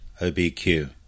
OBQ